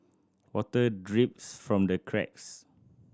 water drips from the cracks